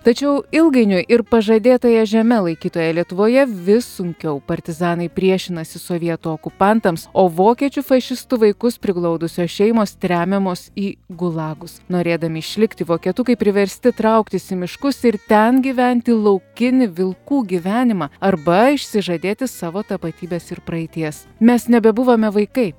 tačiau ilgainiui ir pažadėtąja žeme laikytoje lietuvoje vis sunkiau partizanai priešinasi sovietų okupantams o vokiečių fašistų vaikus priglaudusios šeimos tremiamos į gulagus norėdami išlikti vokietukai priversti trauktis į miškus ir ten gyventi laukinį vilkų gyvenimą arba išsižadėti savo tapatybės ir praeities mes nebebuvome vaikai